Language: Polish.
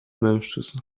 mężczyzn